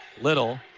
Little